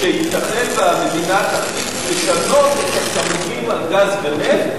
שייתכן שהמדינה תחליט לשנות את התמלוגים על גז ונפט,